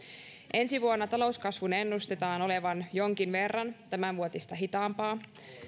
ensi vuonna talouskasvun ennustetaan olevan jonkin verran tämänvuotista hitaampaa